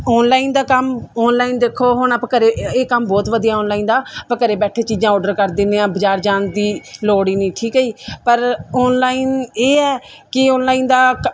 online ਦਾ ਕੰਮ online ਦੇਖੋ ਹੁਣ ਆਪਾਂ ਘਰ ਇਹ ਕੰਮ ਬਹੁਤ ਵਧੀਆ ਔਨਲਾਈਨ ਦਾ ਆਪਾਂ ਘਰੇ ਬੈਠੇ ਚੀਜ਼ਾਂ ਆਰਡਰ ਕਰ ਦਿੰਦੇ ਹਾਂ ਬਾਜ਼ਾਰ ਜਾਣ ਦੀ ਲੋੜ ਹੀ ਨਹੀਂ ਠੀਕ ਹੈ ਜੀ ਪਰ ਔਨਲਾਈਨ ਇਹ ਹੈ ਕਿ ਔਨਲਾਈਨ ਦਾ ਕ